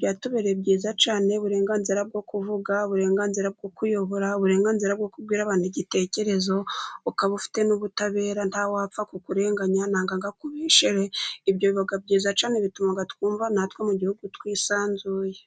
byatubereye byiza cyane, uburenganzira bwo kuvuga, uburenganzira bwo kuyobora, uburenganzira bwo kubwira abantu igitekerezo, ukaba ufite n'ubutabera nta wapfa kukurenganya cyangwa ngo akubeshyere ,ibyo bikaba byiza cyane bituma twumva natwe mu gihugu twisanzuye.